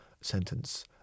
sentence